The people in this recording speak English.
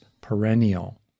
perennial